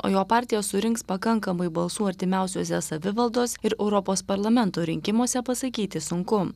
o jo partija surinks pakankamai balsų artimiausiuose savivaldos ir europos parlamento rinkimuose pasakyti sunku